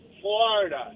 Florida